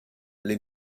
les